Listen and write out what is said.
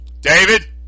David